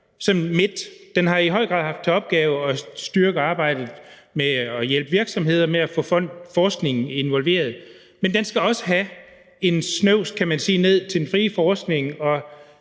at fonden i høj grad har haft til opgave at styrke arbejdet med at hjælpe virksomheder med at få forskningen involveret, men den skal også have en snøvs, kan man sige, ned til den frie forskning